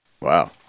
Wow